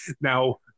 Now